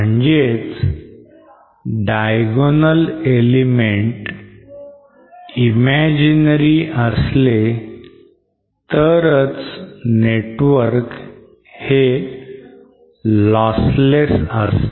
म्हणजेच diagonal element imaginary असले तरच network हे lossless असते